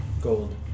gold